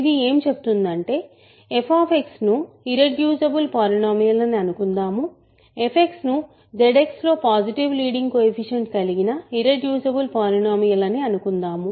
ఇది ఏం చెప్తుందంటే f ను ఇర్రెడ్యూసిబుల్ పాలినోమియల్ అని అనుకుందాం f ను ZX లో పాసిటీవ్ లీడింగ్ కోయెఫిషియంట్ కలిగిన ఇర్రెడ్యూసిబుల్ పాలినోమియల్ అని అనుకుందాం